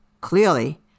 Clearly